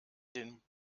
den